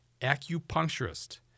acupuncturist